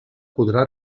podrà